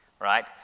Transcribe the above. right